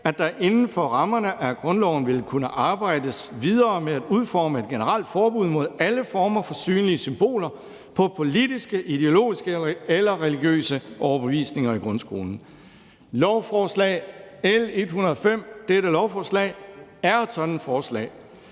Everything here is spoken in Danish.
at der inden for rammerne af grundloven vil kunne arbejdes videre med at udforme et generelt forbud mod alle former for synlige symboler på politiske, ideologiske eller religiøse overbevisninger i grundskolen«. Dette lovforslag, L 105, er jo et sådant forslag.